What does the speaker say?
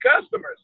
customers